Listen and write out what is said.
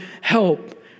help